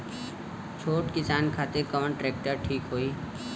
छोट किसान खातिर कवन ट्रेक्टर ठीक होई?